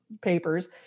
papers